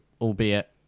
albeit